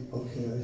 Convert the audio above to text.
okay